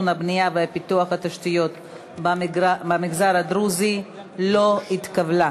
ופיתוח התשתיות במגזר הדרוזי לא התקבלה.